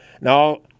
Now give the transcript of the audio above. Now